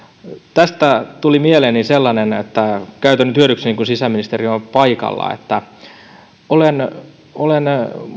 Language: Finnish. tästä tuli mieleeni sellainen että käytän nyt hyödyksi kun sisäministeri on paikalla olen olen